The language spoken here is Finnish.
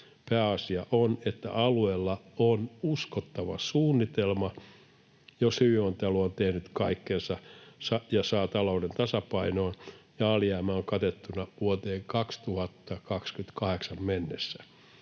pääasia on, että alueella on uskottava suunnitelma. ’Jos hyvinvointialue on tehnyt kaikkensa ja saa talouden tasapainoon ja alijäämä on katettuna vuoteen 2028 mennessä,